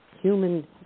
human